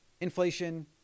inflation